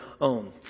own